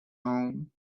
home